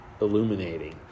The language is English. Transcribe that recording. illuminating